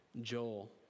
Joel